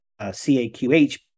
CAQH